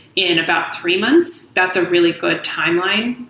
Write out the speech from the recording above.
in about three months. that's a really good timeline.